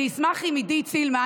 אשמח אם עידית סילמן